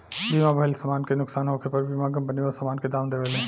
बीमा भइल समान के नुकसान होखे पर बीमा कंपनी ओ सामान के दाम देवेले